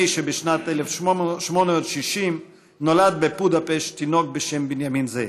שבשנת 1860 נולד בבודפשט תינוק בשם בנימין זאב.